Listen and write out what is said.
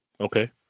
Okay